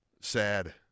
sad